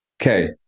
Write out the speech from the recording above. okay